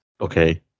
Okay